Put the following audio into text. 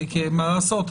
כי מה לעשות,